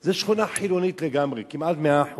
שהיא שכונה חילונית לגמרי, כמעט 100%,